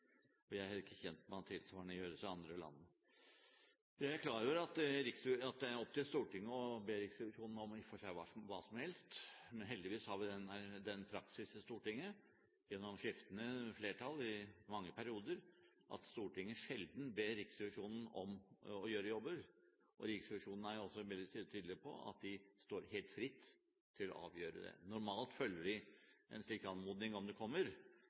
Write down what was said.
og jeg er heller ikke kjent med at tilsvarende gjøres i andre land. Jeg er klar over at det i og for seg er opp til Stortinget å be Riksrevisjonen om hva som helst, men heldigvis har vi den praksis i Stortinget – gjennom skiftende flertall i mange perioder – at Stortinget sjelden ber Riksrevisjonen om å gjøre jobber. Riksrevisjonen er også veldig tydelige på at de står helt fritt til å avgjøre det. Normalt følger de en slik anmodning om den kommer, men Riksrevisjonen i Norge er uavhengig, og det